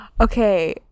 Okay